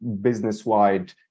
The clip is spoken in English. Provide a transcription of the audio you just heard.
business-wide